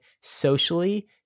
socially